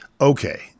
Okay